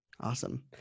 Awesome